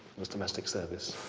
was domestic service.